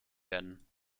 werden